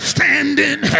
Standing